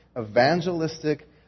evangelistic